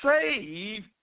save